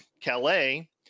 Calais